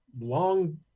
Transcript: long